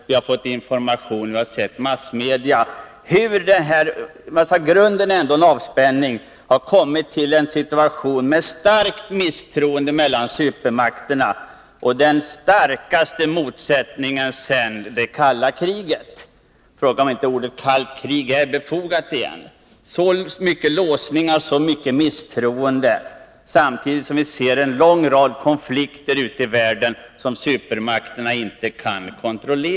Vi har fått information om och sett i massmedia hur vi har kommit till en situation — från vad som syntes vara en avspänning —- med starkt misstroende mellan supermakterna och den starkaste motsättningen sedan det kalla kriget. Frågan är om inte uttrycket ”kallt krig” är befogat igen. Det är så många låsningar och så mycket misstroende, samtidigt som vi ser en lång rad konflikter ute i världen som supermakterna inte kan kontrollera.